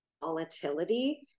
volatility